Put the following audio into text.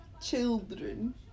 children